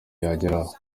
yageraho